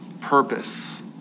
purpose